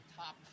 top